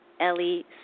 Ellie